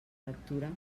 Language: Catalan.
lectura